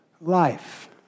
life